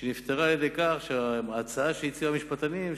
שנפתרה באמצעות ההצעה שהציעו המשפטנים,